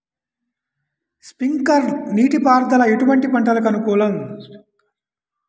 Sprinkler నీటిపారుదల ఎటువంటి పంటలకు అనుకూలము?